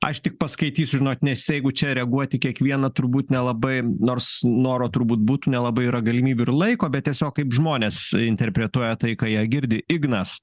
aš tik paskaitysiu žinot nes jeigu čia reaguot į kiekvieną turbūt nelabai nors noro turbūt būtų nelabai yra galimybių ir laiko bet tiesiog kaip žmonės interpretuoja tai ką jie girdi ignas